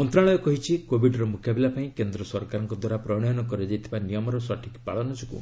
ମନ୍ତ୍ରଣାଳୟ କହିଛି କୋବିଡ୍ର ମୁକାବିଲା ପାଇଁ କେନ୍ ସରକାରଙ୍କ ଦ୍ୱାରା ପ୍ରଣୟନ କରାଯାଇଥିବା ନିୟମର ସଠିକ୍ ପାଳନ ଯୋଗୁଁ